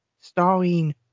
starring